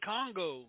Congo